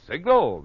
Signal